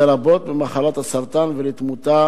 לרבות במחלת הסרטן, ולתמותה,